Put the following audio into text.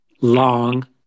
long